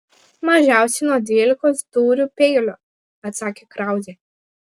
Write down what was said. mažiausiai nuo dvylikos dūrių peiliu atsakė krauzė